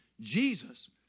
Jesus